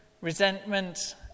resentment